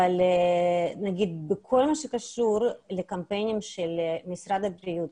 אבל בכל מה שקשור לקמפיינים של משרד הבריאות,